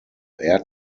air